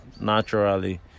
naturally